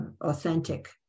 authentic